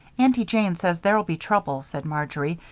aunty jane says there'll be trouble, said marjory,